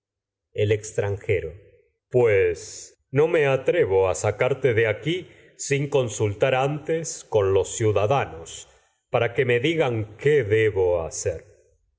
destino extranjero pues no me atrevo a sacarte de aquí me sin consultar antes con los ciudadanos para que digan qué debo hacer